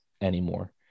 anymore